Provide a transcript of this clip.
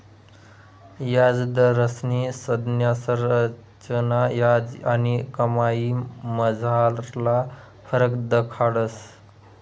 याजदरस्नी संज्ञा संरचना याज आणि कमाईमझारला फरक दखाडस